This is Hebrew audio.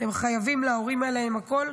אתם חייבים להורים האלה הכול.